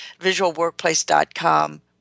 Visualworkplace.com